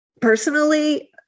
Personally